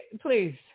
please